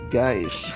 guys